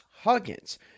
Huggins